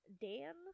Dan